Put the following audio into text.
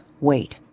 wait